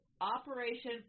Operation